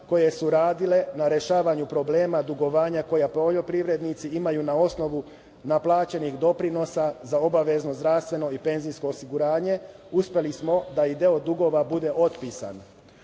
koje su radile na rešavanju problema dugovanja koju poljoprivrednici imaju na osnovu naplaćenih doprinosa za obavezno zdravstveno i penzijsko osiguranje. Uspeli smo da i deo dugova bude otpisan.